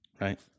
Right